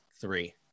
Three